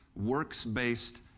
works-based